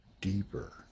deeper